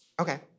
okay